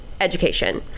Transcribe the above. education